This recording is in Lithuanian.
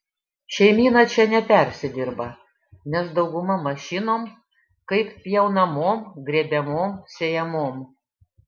šeimyna čia nepersidirba nes dauguma mašinom kaip pjaunamom grėbiamom sėjamom